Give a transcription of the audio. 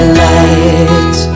light